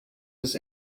his